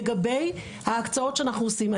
לגבי ההקצאות שאנחנו עושים,